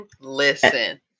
listen